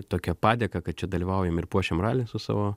tokią padėką kad čia dalyvaujam ir puošiam ralį su savo